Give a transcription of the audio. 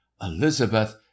Elizabeth